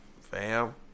fam